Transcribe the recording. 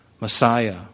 Messiah